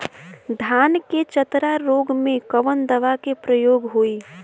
धान के चतरा रोग में कवन दवा के प्रयोग होई?